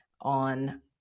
on